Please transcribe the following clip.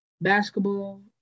basketball